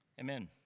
Amen